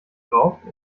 drauf